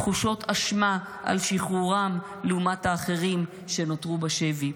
תחושות אשמה על שחרורם לעומת האחרים שנותרו בשבי.